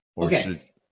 Okay